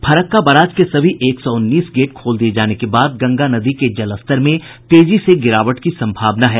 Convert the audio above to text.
Farakka barrage के सभी एक सौ उन्नीस गेट खोल दिये जाने के बाद गंगा नदी के जलस्तर में तेजी से गिरावट की सम्भावना है